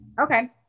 Okay